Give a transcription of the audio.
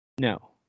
No